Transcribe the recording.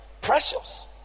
Precious